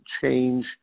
change